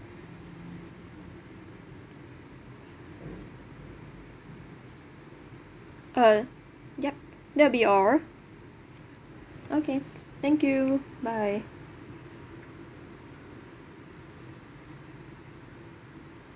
uh yup that'll be all